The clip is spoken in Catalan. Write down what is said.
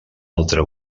altre